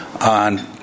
on